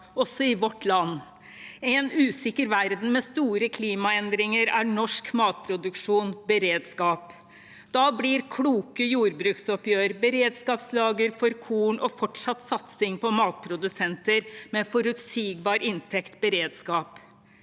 også i vårt land. I en usikker verden med store klimaendringer er norsk matproduksjon beredskap. Da blir kloke jordbruksoppgjør, beredskapslager for korn og fortsatt satsing på matprodusenter med forutsigbar inntekt beredskap.